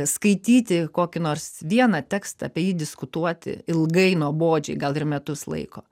skaityti kokį nors vieną tekstą apie jį diskutuoti ilgai nuobodžiai gal ir metus laiko